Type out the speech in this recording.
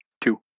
Two